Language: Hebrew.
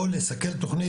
או לסכל תוכנית,